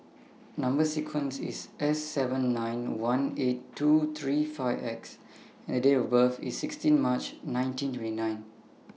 Number sequence IS S seven nine one eight two three five X and Date of birth IS sixteen March nineteen twenty nine